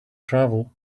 travel